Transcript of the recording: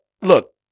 look